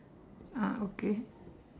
ah okay